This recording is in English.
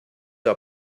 are